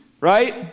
right